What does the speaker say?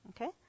Okay